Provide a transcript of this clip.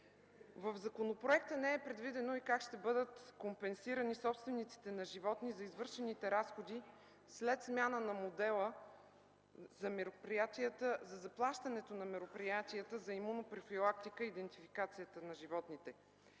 В законопроекта не е предвидено и как ще бъдат компенсирани собствениците на животни за извършените разходи след смяна на модела за заплащането на мероприятията за имунопрофилактика и идентификацията на животните.